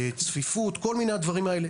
צפיפות כל מיני הדברים האלה.